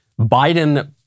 Biden